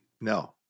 No